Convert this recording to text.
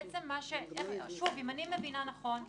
אם אני מבינה נכון,